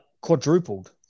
quadrupled